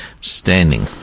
standing